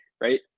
right